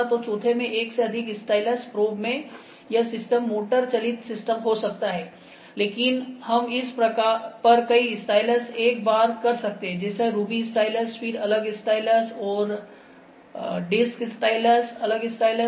तो चौथे में एक से अधिक स्टाइलस प्रोबमें यह सिस्टम मोटरचलित सिस्टम हो सकता है लेकिन हम इस पर कई स्टाइलस एक बार कर सकते हैं जैसे रूबी स्टाइलस फिर अलग स्टाइलस और डिस्क स्टाइलसअलग स्टाइलस